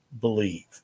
believe